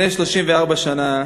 לפני 34 שנה